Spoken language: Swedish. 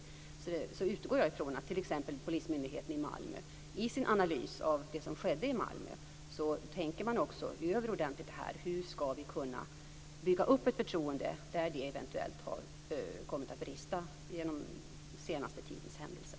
Därför utgår jag ifrån att t.ex. polismyndigheten i Malmö i sin analys av det som skedde där ordentligt tänker över hur man ska kunna bygga upp ett förtroende där det eventuellt har kommit att brista genom den senaste tidens händelser.